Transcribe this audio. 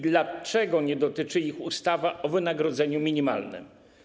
Dlaczego nie dotyczy ich ustawa o wynagrodzeniu minimalnym?